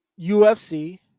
UFC